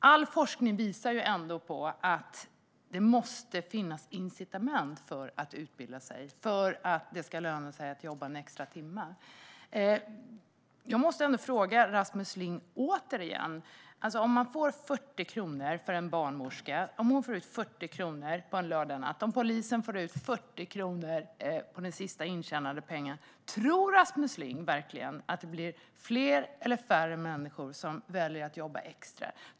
All forskning visar att det måste finnas incitament för att utbilda sig och för att det ska löna sig att jobba en extra timme. Jag måste ställa min fråga till Rasmus Ling återigen. Om en barnmorska får ut 40 kronor på en lördagsnatt och om en polis får ut 40 kronor av den sista intjänade pengen - tror Rasmus Ling att det blir fler eller färre människor som väljer att jobba extra?